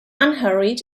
unhurried